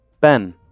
Ben